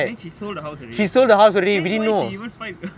then she sold the house already then why she even fight